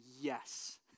yes